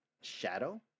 Shadow